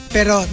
Pero